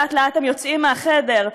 לאט-לאט הם יוצאים מהחדר,